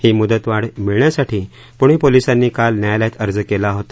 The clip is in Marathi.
ही मुदतवाढ मिळण्यासाठी पुणे पोलिसांनी काल न्यायालयात अर्ज केला होता